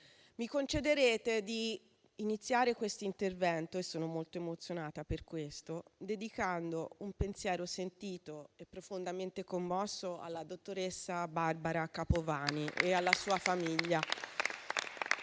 mi concederete di iniziare il mio intervento - e sono molto emozionata per questo - dedicando un pensiero sentito e profondamente commosso alla dottoressa Barbara Capovani e alla sua famiglia.